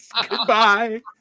Goodbye